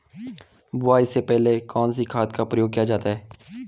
बुआई से पहले कौन से खाद का प्रयोग किया जायेगा?